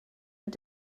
mit